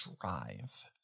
drive